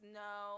no